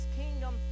kingdom